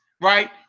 right